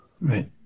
Right